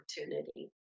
Opportunity